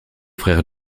frères